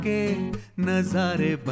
Nazare